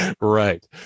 right